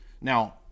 Now